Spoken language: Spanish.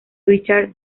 richard